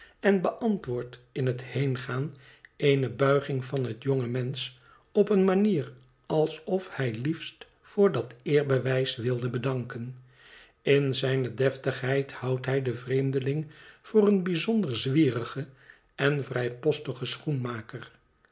en beantwoordt in het heengaan eene buiging van het jonge mensch op een manier alsof hij liefst voor dat eerbewijs wilde bedanken in zijne deftigheid houdt hij den vreemdeling voor een bijzonder zwierigen en vrijpostigen schoenmaker